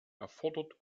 erfordert